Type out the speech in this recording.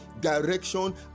direction